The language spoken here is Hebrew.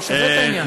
הוא שווה את העניין.